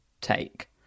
take